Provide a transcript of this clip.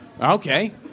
Okay